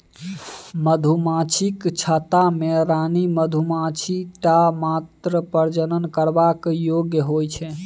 मधुमाछीक छत्ता मे रानी मधुमाछी टा मात्र प्रजनन करबाक योग्य होइ छै